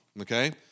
okay